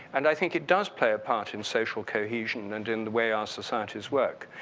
and i think it does play a part in social cohesion and in the way our societies work,